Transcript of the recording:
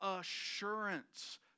assurance